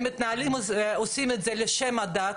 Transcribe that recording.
הם עושים את זה לשם הדת